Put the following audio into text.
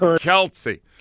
Kelsey